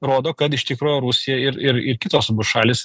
rodo kad iš tikro rusija ir ir ir kitos šalys